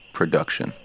Production